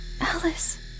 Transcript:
Alice